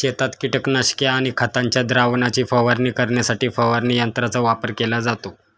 शेतात कीटकनाशके आणि खतांच्या द्रावणाची फवारणी करण्यासाठी फवारणी यंत्रांचा वापर केला जातो